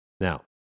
Now